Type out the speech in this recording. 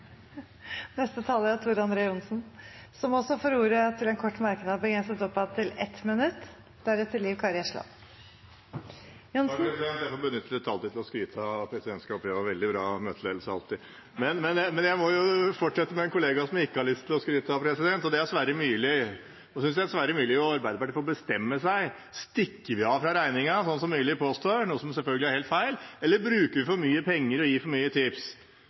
Tor André Johnsen har hatt ordet to ganger tidligere og får ordet til en kort merknad, begrenset til 1 minutt. Også jeg får benytte litt taletid til å skryte av presidentskapet – det er alltid veldig bra møteledelse. Men jeg må fortsette med en kollega som jeg ikke har lyst til å skryte av, og det er Sverre Myrli. Nå synes jeg Sverre Myrli og Arbeiderpartiet får bestemme seg: Stikker vi av fra regningen, som det påstås her, og som selvfølgelig er helt feil, eller bruker vi for mye penger og gir for mye tips?